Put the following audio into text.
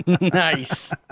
Nice